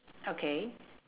okay